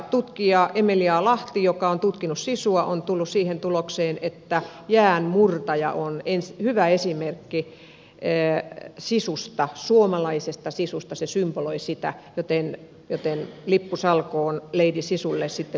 tutkija emilia lahti joka on tutkinut sisua on tullut siihen tulokseen että jäänmurtaja on hyvä esimerkki suomalaisesta sisusta se symboloi sitä joten lippu salkoon lady sisulle sitten kun se valmistuu